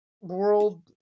world –